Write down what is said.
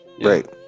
Right